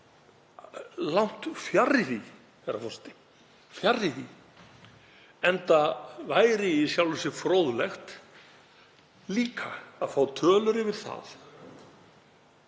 Langt fjarri því, herra forseti, fjarri því. Enda væri í sjálfu sér fróðlegt líka að fá tölur yfir þá